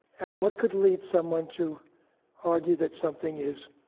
and what could lead someone to argue that something is,